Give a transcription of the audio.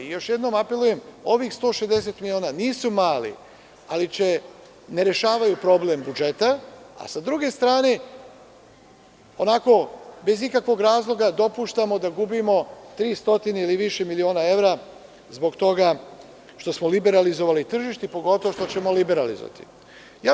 Još jednom apelujem, ovih 160 miliona nisu mali, ali ne rešavaju problem budžeta, a s druge strane, bez ikakvog razloga dopuštamo da gubimo 300 i više miliona evra zbog toga što smo liberalizovali tržište i pogotovo što ćemo liberalizovati.